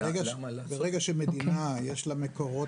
ברגע שלמדינה יש מקורות,